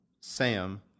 sam